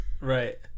Right